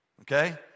Okay